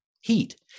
heat